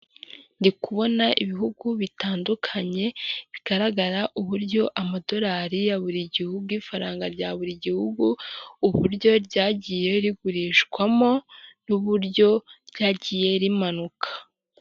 Ndi kubona ibihugu bitandukanye bigaragara uburyo amadolari ya buri gihugu ubwo ifaranga rya buri gihugu uburyo ryagiye rigurishwamo n'uburyo ryagiye rimanuka.